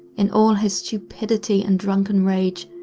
in all his stupidity and drunken rage,